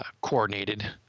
coordinated